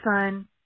son